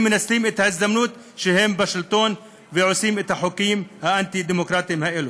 שמנצלות את ההזדמנות שהן בשלטון ועושות את החוקים האנטי-דמוקרטיים האלה.